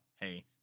hey